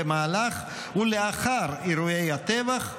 במהלך ולאחר אירועי הטבח,